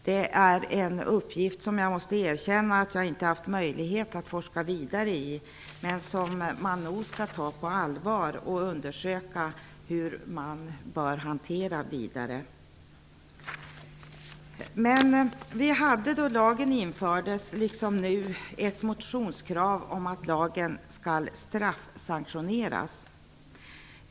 Det är en uppgift som jag måste erkänna att jag inte haft möjlighet att forska vidare i men som man nog skall ta på allvar och undersöka hur man bör hantera. När lagen infördes hade vi, liksom nu, motionskrav om att lagen skall straffsanktioneras.